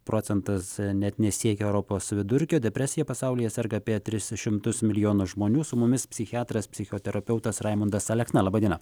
procentas net nesiekia europos vidurkio depresija pasaulyje serga apie tris šimtus milijonų žmonių su mumis psichiatras psichoterapeutas raimondas alekna laba diena